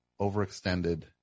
overextended